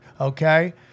Okay